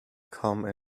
come